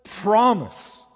promise